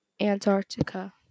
Antarctica